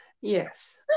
Yes